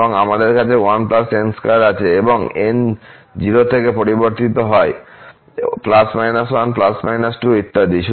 এবং আমাদের 1n2 আছে এবং n 0 থেকে পরিবর্তিত হয় ±1±2 ইত্যাদি